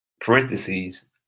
parentheses